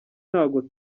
ntago